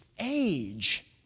age